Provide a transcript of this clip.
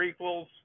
prequels